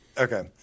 Okay